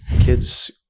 kids